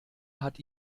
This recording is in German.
hat